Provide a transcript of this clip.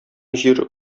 җир